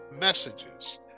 messages